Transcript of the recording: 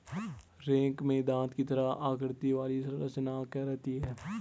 rake में दाँत की तरह आकृति वाली रचना रहती है